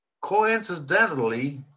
coincidentally